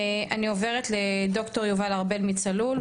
אני עוברת לד"ר יובל ארבל מצלול,